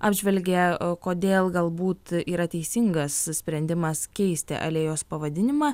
apžvelgia kodėl galbūt yra teisingas sprendimas keisti alėjos pavadinimą